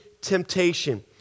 temptation